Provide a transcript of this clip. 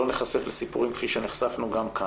כדי שלא ניחשף לסיפורים כפי שנחשפנו גם כאן.